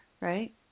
right